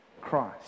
Christ